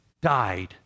died